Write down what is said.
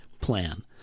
plan